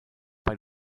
bei